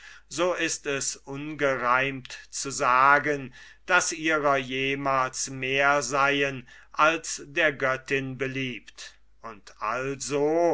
so ist es ungereimt zu sagen daß ihrer jemals mehr seien als der göttin beliebt und also